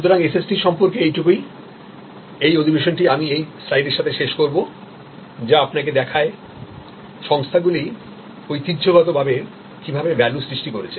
সুতরাং SST সম্পর্কে এই টুকুই এই অধিবেশনটি আমি এই স্লাইডের সাথে শেষ করব যা আপনাকে দেখায় সংস্থাগুলি ঐতিহ্যগতভাবে কিভাবে ভ্যালু সৃষ্টি করেছে